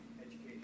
Education